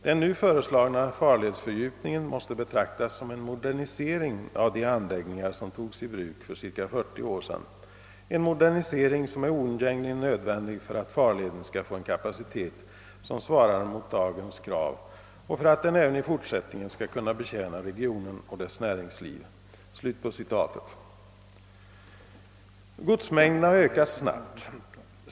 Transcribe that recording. Den nu föreslagna farledsfördjupningen måste betraktas som en modernisering av de anläggningar som togs i bruk för cirka 40 år sedan, en modernisering som är oundgängligen nödvändig för att farleden skall få en kapacitet som svarar mot dagens krav och för att den även i fortsättningen skall kunna betjäna regionen och dess näringsliv.» Godsmängderna har ökat snabbt.